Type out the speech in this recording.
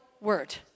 word